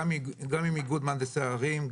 גם עם איגוד מהנדסי הערים,